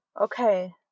Okay